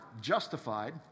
justified